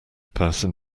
person